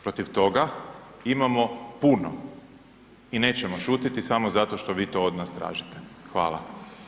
Protiv toga imamo puno i nećemo šutiti smo zato što vi to od nas tražite.